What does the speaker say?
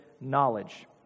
knowledge